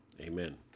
amen